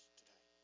today